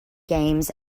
games